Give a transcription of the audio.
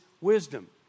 wisdom